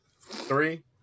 Three